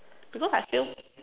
because I fail